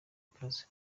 ikaze